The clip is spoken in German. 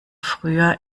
früher